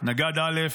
נגד א',